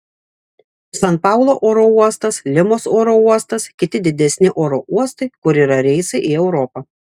san paulo oro uostas limos oro uostas kiti didesni oro uostai kur yra reisai į europą